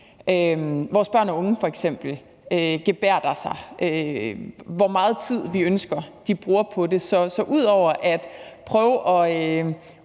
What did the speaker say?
vores børne unge gebærder sig, og hvor meget tid vi ønsker at de bruger på det. Så ud over at vi